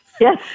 Yes